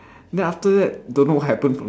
then after that don't know what happen